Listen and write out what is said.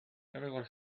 everyone